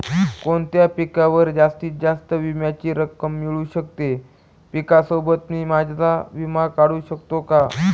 कोणत्या पिकावर जास्तीत जास्त विम्याची रक्कम मिळू शकते? पिकासोबत मी माझा विमा काढू शकतो का?